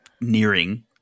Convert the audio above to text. nearing